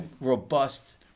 robust